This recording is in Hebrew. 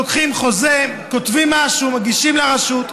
לוקחים חוזה, כותבים משהו, מגישים לרשות.